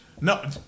No